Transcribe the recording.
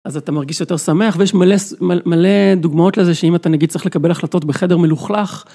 אז אתה מרגיש יותר שמח ויש מלא דוגמאות לזה, שאם אתה נגיד צריך לקבל החלטות בחדר מלוכלך.